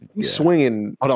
swinging